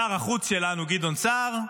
שר החוץ שלנו גדעון סער,